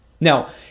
Now